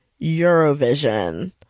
eurovision